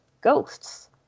ghosts